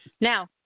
now